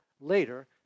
later